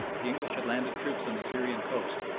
the english had landed troops on the syrian coast,